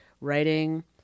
writing